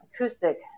acoustic